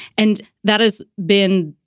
and that has been,